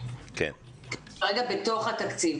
כרגע בתוך התקציב,